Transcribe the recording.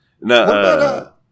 No